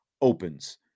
opens